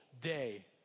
day